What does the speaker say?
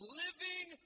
living